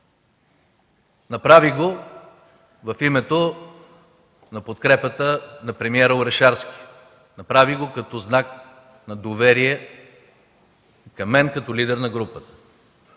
Направи го в името на подкрепата на премиера Орешарски, направи го като знак на доверие към мен като лидер на групата.